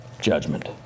judgment